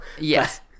Yes